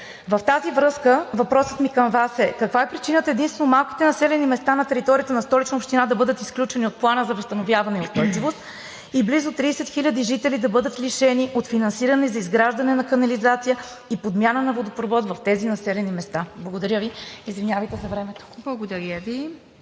с това въпросът ми към Вас е: каква е причината единствено малките населени места на територията на Столична община да бъдат изключени от Плана за възстановяване и устойчивост и близо 30 хиляди жители да бъдат лишени от финансиране за изграждане на канализация и подмяна на водопровода в тези населени места? Благодаря Ви. Извинявайте за времето! ПРЕДСЕДАТЕЛ